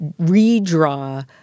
redraw